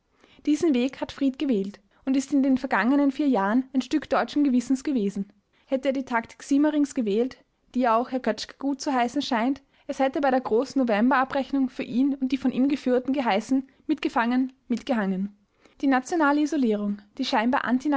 diesen weg hat fried gewählt und ist in den vergangenen vier jahren ein stück deutschen gewissens gewesen hätte er die taktik siemerings gewählt die ja auch herr kötschke gutzuheißen scheint es hätte bei der großen novemberabrechnung für ihn und die von ihm geführten geheißen mitgefangen mitgehangen die nationale isolierung die scheinbar